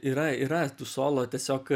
yra yra tų solo tiesiog